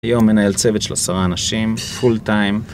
היום מנהל צוות של עשרה אנשים, פול טיים.